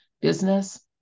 business